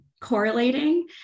correlating